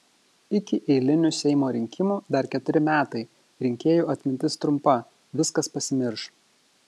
iki eilinių seimo rinkimų dar keturi metai rinkėjų atmintis trumpa viskas pasimirš